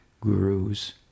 gurus